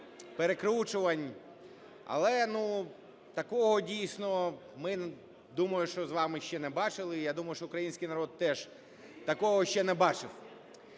перекручувань. Але такого, дійсно, ми, думаю, що з вами ще не бачили. Я думаю, що український народ теж такого ще не бачив.